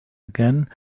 again